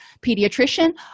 pediatrician